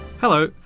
Hello